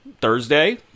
Thursday